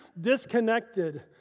disconnected